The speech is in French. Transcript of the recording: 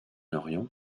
orient